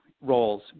roles